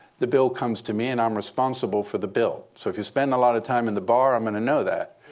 the bill comes to me, and i'm responsible for the bill. so if you spend a lot of time in the bar, i'm going to know that.